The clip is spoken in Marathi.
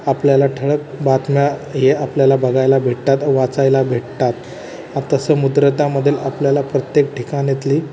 आपल्याला ठळक बातम्या हे आपल्याला बघायला भेटतात वाचायला भेटतात तसं मुद्रतामध्ये आपल्याला प्रत्येक ठिकाणातली